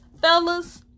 fellas